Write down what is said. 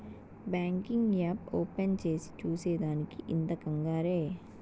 banking app open చేసి చూసే దానికి ఇంత కంగారే